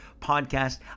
podcast